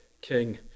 king